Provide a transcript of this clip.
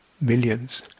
millions